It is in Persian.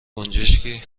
گنجشکی